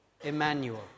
Emmanuel